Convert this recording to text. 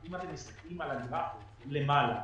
אם אתם מסתכלים על הגרף למעלה,